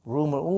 Rumor